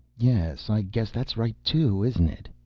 yes, i guess that's right, too, isn't it?